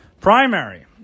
primary